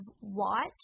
watch